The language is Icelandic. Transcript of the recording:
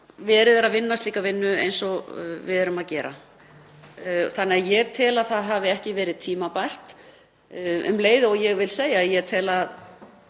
verið er að vinna slíka vinnu eins og við erum að gera þannig að ég tel að það hafi ekki verið tímabært. Um leið vil ég segja að ég tel,